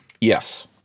Yes